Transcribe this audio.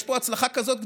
יש פה הצלחה כזאת גדולה,